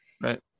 Right